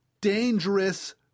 dangerous